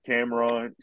Cameron